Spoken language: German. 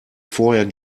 vorher